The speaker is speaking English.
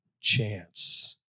chance